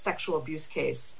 sexual abuse case